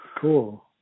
cool